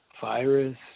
Virus